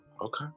Okay